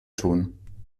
tun